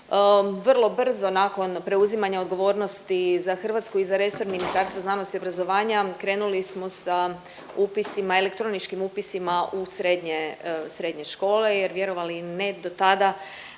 vrlo brzo nakon preuzimanja odgovornosti za Hrvatsku i za resor Ministarstva znanosti i obrazovanja krenuli smo sa upisima, elektroničkim upisima u srednje škole jer vjerovali ili ne do tada